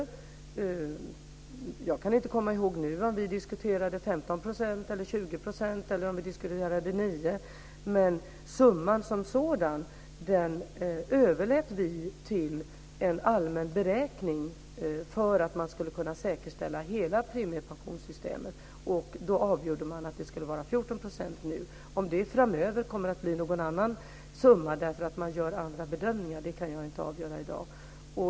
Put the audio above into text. Jag kan inte nu komma ihåg om vi diskuterade 15 % eller 20 % eller om vi diskuterade 9 %, men beräkningen av summan som sådan gjordes i en allmän beräkning för att man skulle kunna säkerställa hela premiepensionssystemet. Då bestämde man att det ska vara 14 % nu. Om det framöver kommer att bli någon annan summa därför att man gör andra bedömningar kan jag inte avgöra i dag.